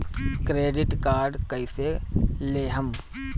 Credit card कईसे लेहम?